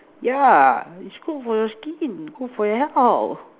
yeah is good for your skin good for your health